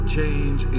Change